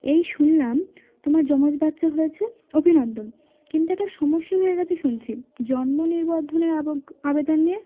এই শুনলাম তোমার যমজ বাচ্চা হয়েছে অভিনন্দন কিন্তু একটা সমস্যা হয়ে গিয়েছে শুনছি জন্ম নিবন্ধনের আবজ্ঞ আবেদন নিয়ে